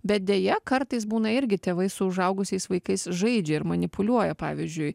bet deja kartais būna irgi tėvai su užaugusiais vaikais žaidžia ir manipuliuoja pavyzdžiui